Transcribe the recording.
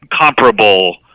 comparable